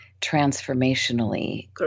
transformationally